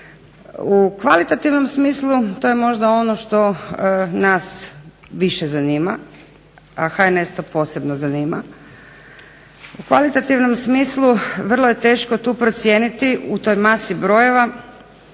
U kvalitativnom smislu to je možda ono što nas više zanima, a HNS to posebno zanima, u kvalitativnom smislu vrlo je teško tu procijeniti u toj masi brojeva